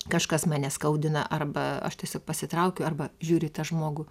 kažkas mane skaudina arba aš tiesiog pasitraukiu arba žiūriu į tą žmogų